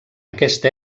aquesta